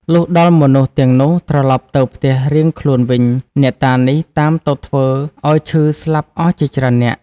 លុះដល់មនុស្សទាំងនោះ ត្រឡប់ទៅផ្ទះរៀងខ្លួនវិញ អ្នកតានេះតាមទៅធ្វើឲ្យឈឺ ស្លាប់អស់ជាច្រើននាក់ ។